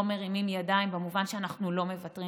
מרימים ידיים במובן שאנחנו לא מוותרים,